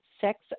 sex